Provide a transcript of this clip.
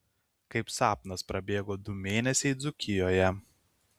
kaip sapnas prabėgo du mėnesiai dzūkijoje